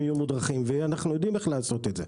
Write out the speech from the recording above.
יהיו מודרכים ואנחנו יודעים איך לעשות את זה.